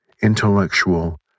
intellectual